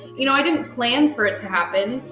you know i didn't plan for it to happen.